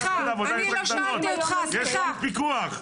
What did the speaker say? יש היום פיקוח.